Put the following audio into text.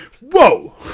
whoa